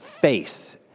face